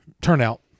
turnout